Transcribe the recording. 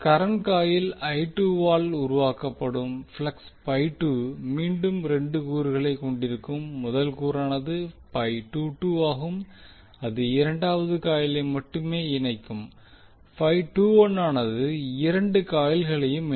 current coil ஆல் உருவாக்கப்படும் flux மீண்டும் 2 கூறுகளை கொண்டிருக்கும் முதல் கூறானது கூறு ஆகும் இது இரண்டாவது காயிலை மட்டுமே இணைக்கும் ஆனது இரண்டு காயில்களையும் இணைக்கும்